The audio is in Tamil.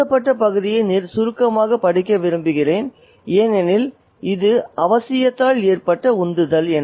சம்பந்தப்பட்ட பகுதியைச் சுருக்கமாக படிக்க விரும்புகிறேன் ஏனெனில் இது அவசியத்தால் ஏற்பட உந்துதல்